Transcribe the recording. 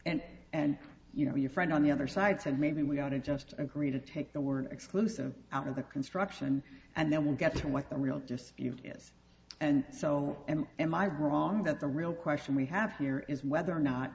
and and you know your friend on the other side said maybe we ought to just agree to take the word exclusive out of the construction and then we'll get to what the real just is and so and am i wrong that the real question we have here is whether or not